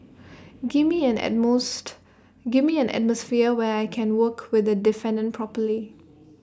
give me an and most give me an atmosphere where I can work with the defendant properly